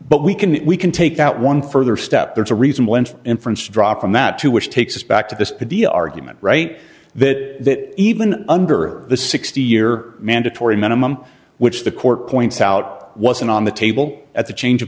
but we can we can take that one further step there's a reason inference drop from that to which takes us back to this idea argument right that even under the sixty year mandatory minimum which the court points out wasn't on the table at the change of